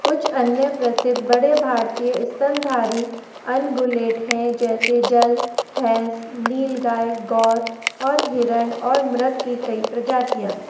कुछ अन्य प्रसिद्ध बड़े भारतीय स्तनधारी अनगुलेट हैं जैसे जल भैंस नीलगाय गौर और हिरण और मृग की कई प्रजातियाँ